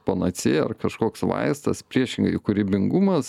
panacėja ar kažkoks vaistas priešingai kūrybingumas